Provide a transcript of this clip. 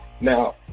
Now